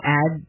add